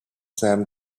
them